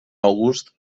august